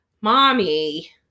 Mommy